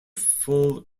full